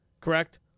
correct